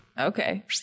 Okay